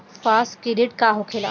Fast credit का होखेला?